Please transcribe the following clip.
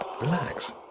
relax